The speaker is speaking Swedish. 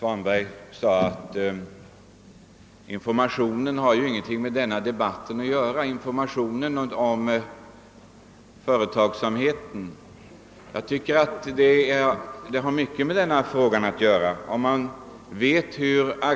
Herr talman! Herr Svanberg sade att informationen om företagen inte har någonting med denna debatt att göra, men enligt min mening sammanhänger de i hög grad med den här frågan.